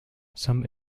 some